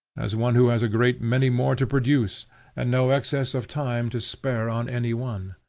as one who has a great many more to produce and no excess of time to spare on any one.